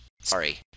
sorry